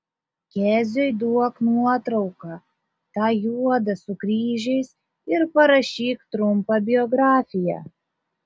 keziui duok nuotrauką tą juodą su kryžiais ir parašyk trumpą biografiją